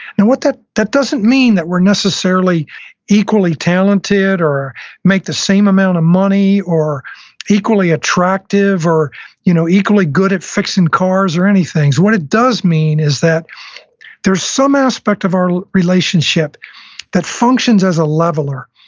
and that that doesn't mean that we're necessarily equally talented or make the same amount of money or equally attractive or you know equally good at fixing cars or any things. what it does mean is that there's some aspect of our relationship that functions as a leveler.